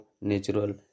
natural